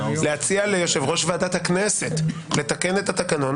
-- להציע ליושב-ראש ועדת הכנסת לתקן את התקנון